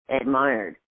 admired